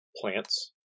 plants